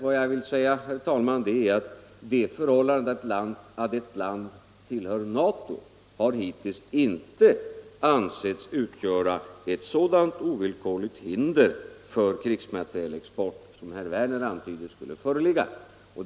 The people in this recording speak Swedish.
Vad jag vill säga, herr talman, är att det förhållandet att ett land tillhör NATO hittills inte har ansetts utgöra ett sådant ovillkorligt hinder för krigsmaterielexport som herr Werner antyder skulle föreligga.